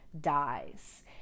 dies